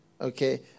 Okay